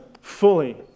fully